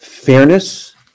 Fairness